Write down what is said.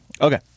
Okay